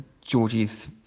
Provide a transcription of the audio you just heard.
Georgie's